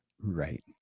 Right